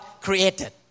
created